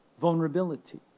vulnerability